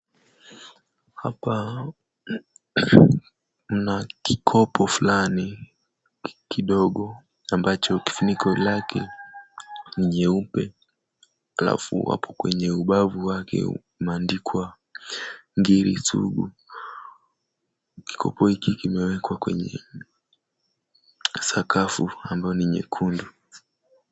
Hapa mna kikopo fulani kidogo, ambacho kifuniko lake ni nyeupe, halafu hapo kwenye ubavu wake umeandikwa ngiri sugu. Kikopo hiki kimewekwa kwenye sakafu ambayo ni nyekundu.